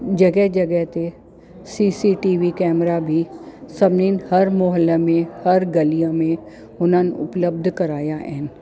जॻह जॻह ते सीसीटीवी कैमरा बि सभिनीनि हर मॉल में हर गलीअ में उन्हनि उपलब्ध कराया आहिनि